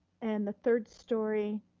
and the third story,